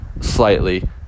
slightly